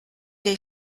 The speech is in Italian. dei